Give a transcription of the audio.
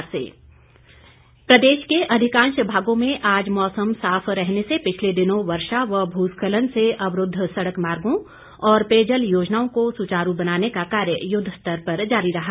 मौसम प्रदेश के अधिकांश भागों में आज मौसम साफ रहने से पिछले दिनों वर्षा व भूस्खलन से अवरूद्ध सड़क मार्गों और पेयजल योजनाओं को सुचारू बनाने का कार्य युद्ध स्तर पर जारी रहा